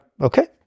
okay